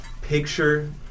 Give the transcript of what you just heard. picture